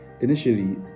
Initially